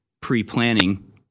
pre-planning